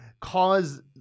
cause